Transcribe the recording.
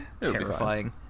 terrifying